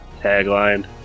Tagline